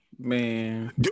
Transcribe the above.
Man